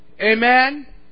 Amen